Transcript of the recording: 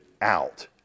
out